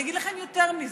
אני אגיד לכם יותר מזה,